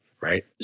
right